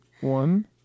one